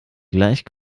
gleich